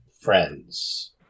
friends